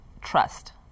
trust